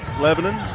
Lebanon